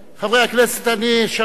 חברי הכנסת, אני אשרת,